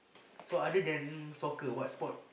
so other than soccer what sport